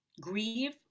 grieve